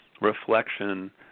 reflection